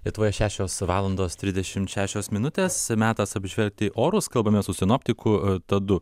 lietuvoje šešios valandos trisdešimt šešios minutės metas apžvelgti orus kalbame su sinoptiku tadu